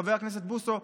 חבר הכנסת בוסו,